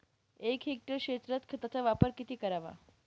एक हेक्टर क्षेत्रात खताचा वापर किती करावा?